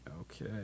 Okay